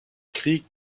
krieg